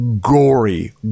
gory